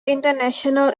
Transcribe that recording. international